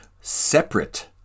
Separate